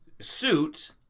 suit